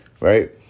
right